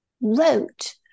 wrote